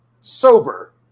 sober